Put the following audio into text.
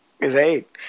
Right